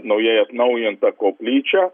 naujai atnaujintą koplyčią